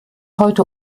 heute